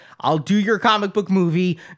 I'll-do-your-comic-book-movie